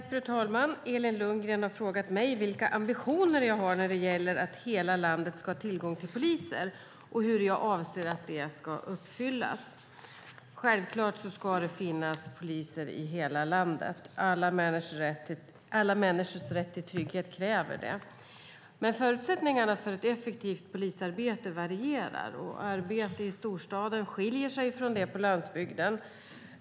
Fru talman! Elin Lundgren har frågat mig vilka ambitioner jag har när det gäller att hela landet ska ha tillgång till poliser och hur jag avser att det ska uppfyllas. Självklart ska det finnas poliser i hela landet. Alla människors rätt till trygghet kräver det. Förutsättningarna för ett effektivt polisarbete varierar. Arbetet i storstaden skiljer sig från det på landsbygden.